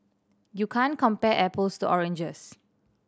you can't compare apples to oranges